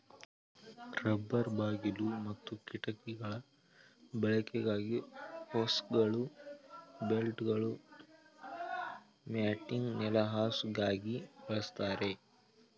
rubber ಬಾಗಿಲು ಮತ್ತು ಕಿಟಕಿಗಳ ಬಳಕೆಗಾಗಿ ಹೋಸ್ಗಳು ಬೆಲ್ಟ್ಗಳು ಮ್ಯಾಟಿಂಗ್ ನೆಲಹಾಸುಗಾಗಿ ಬಳಸ್ತಾರೆ